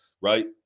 Right